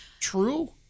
True